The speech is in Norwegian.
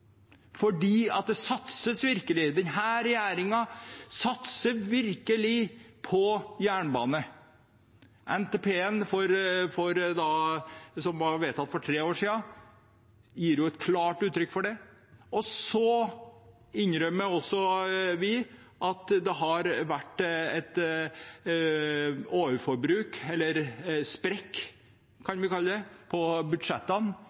det satses virkelig, denne regjeringen satser virkelig på jernbane. NTP-en som ble vedtatt for tre år siden, gir klart uttrykk for det. Så innrømmer også vi at det har vært et overforbruk, eller en sprekk kan vi kalle det, i budsjettene,